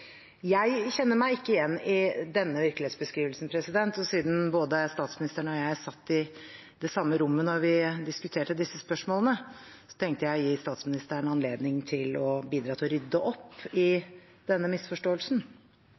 Jeg kjenner meg ikke igjen i denne virkelighetsbeskrivelsen. Og siden både statsministeren og jeg satt i det samme rommet da vi diskuterte disse spørsmålene, tenkte jeg å gi statsministeren anledning til å bidra til å rydde opp i denne misforståelsen.